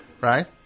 Right